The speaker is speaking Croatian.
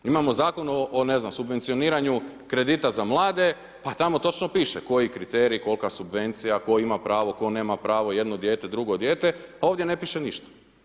Imamo zakon o ne znam, subvencioniranju kredita za vlade, pa tamo točno piše, koji kriterij, kolika subvencija, tko ima pravo, tko nema pravo, jedno dijete, drugo dijete, a ovdje ne piše ništa.